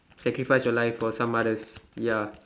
sacrifice your life for some others ya